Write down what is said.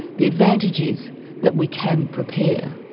the advantage is that we can prepare.